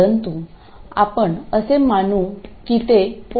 परंतु आपण असे मानू की ते 0